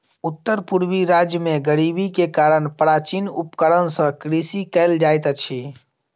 उत्तर पूर्वी राज्य में गरीबी के कारण प्राचीन उपकरण सॅ कृषि कयल जाइत अछि